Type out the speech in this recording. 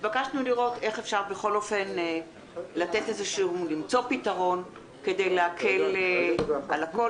התבקשנו לראות איך אפשר בכל אופן למצוא פתרון כדי להקל על הכול,